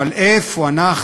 מכיוון שהוא יודע,